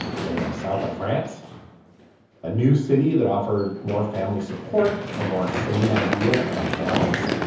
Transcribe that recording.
the damn south of france a new city that offered more family support a more sane idea about balance